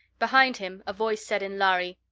behind him a voice said in lhari,